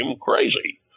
crazy